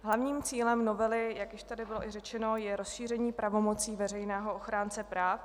Hlavním cílem novely, jak již tady bylo i řečeno, je rozšíření pravomoci veřejného ochránce práv.